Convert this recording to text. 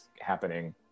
happening